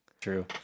True